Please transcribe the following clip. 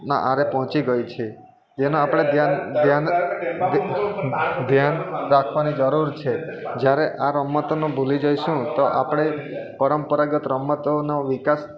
ના આરે પહોંચી ગઈ છે જેનું આપણે ધ્યાન ધ્યાન રાખવાની જરૂર છે જ્યારે આ રમતોને ભૂલી જઈશું તો આપણે પરંપરાગત રમતોનો વિકાસ